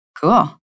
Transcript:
Cool